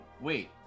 Wait